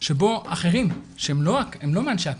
שיש לאחרים, שהם לא מאנשי הכת,